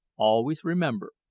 always remember,